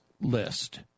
list